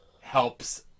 helps